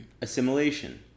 Assimilation